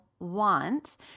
want